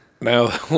Now